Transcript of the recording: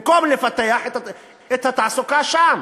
במקום לפתח את התעסוקה שם.